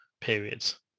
periods